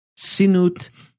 Sinut